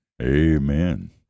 Amen